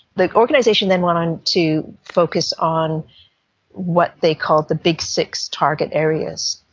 the organisation then went on to focus on what they called the big six target areas,